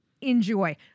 enjoy